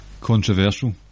controversial